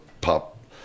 pop